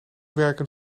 werken